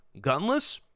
Gunless